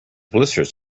blisters